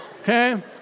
Okay